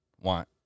want